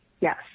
Yes